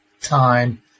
time